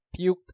puked